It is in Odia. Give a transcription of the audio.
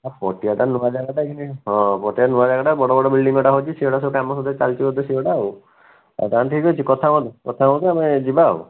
ହଁ ପଟିଆଟା ନୂଆ ଜାଗାଟା କି ନାହିଁ ହଁ ପଟିଆ ନୂଆ ଜାଗାଟା ବଡ଼ ବଡ଼ି ବିଲଡି଼ଂ ଗୁଡ଼ା ହେଉଛି ସେଗୁଡ଼ା ସବୁ କାମ ଚାଲିଛି ବୋଧେ ସେଗୁଡ଼ା ଆଉ ଆଉ ତାହେଲେ ଠିକ୍ ଅଛି କଥା ହୁଅନ୍ତୁ କଥା ହୁଅନ୍ତୁ ଆମେ ଯିବା ଆଉ